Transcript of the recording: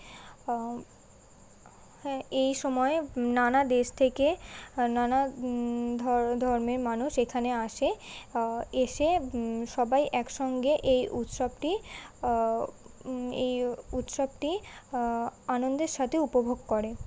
হ্যাঁ এই সময় নানা দেশ থেকে নানা ধর্মের মানুষ এখানে আসে এসে সবাই একসঙ্গে এই উৎসবটি এই উৎসবটি আনন্দের সাথে উপভোগ করে